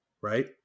Right